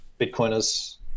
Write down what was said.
bitcoiners